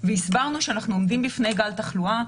והסברנו שאנחנו עומדים בפני גל תחלואה,